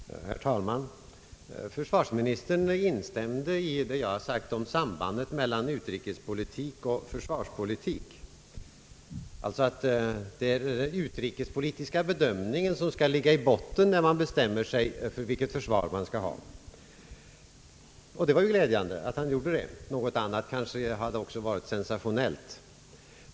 Herr talman! Försvarsministern instämde i det jag här sagt om sambandet mellan utrikespolitik och försvarspolitik, alltså att den utrikespolitiska bedömningen skall ligga i botten när man bestämmer sig för vilket försvar man skall ha. Det var ju glädjande att han gjorde det. Något annat hade väl också varit sensationellt.